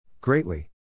Greatly